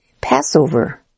Passover